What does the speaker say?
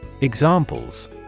Examples